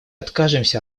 откажемся